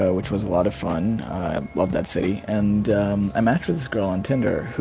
ah which was a lot of fun. i love that city. and i matched with this girl on tinder, who.